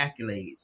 accolades